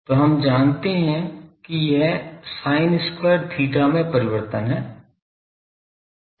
तो हम जानते हैं कि यह एक sin square theta में परिवर्तन है